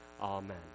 Amen